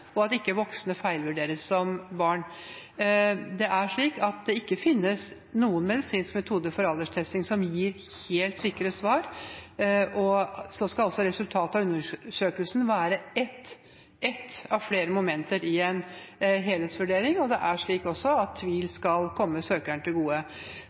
og at ikke voksne feilvurderes som barn. Det er slik at det ikke finnes noen medisinsk metode for alderstesting som gir helt sikre svar. Så skal også resultatet av undersøkelsen være ett av flere momenter i en helhetsvurdering, og det er også slik at tvil skal komme søkeren til gode.